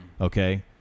okay